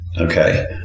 Okay